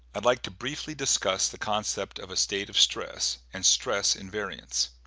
id like to briefly discuss the concept of a state of stress and stress invariants